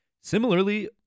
Similarly